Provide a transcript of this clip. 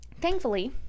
thankfully